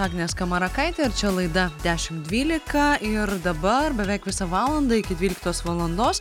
agnė skamarakaitė ir čia laida dešim dvylika ir dabar beveik visą valandą iki dvyliktos valandos